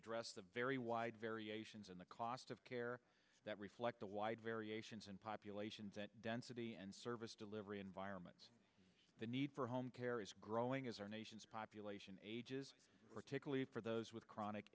address the very wide variations in the cost of care that reflect the wide variations in population density and service delivery environments the need for home care is growing as our nation's population ages particularly for those with chronic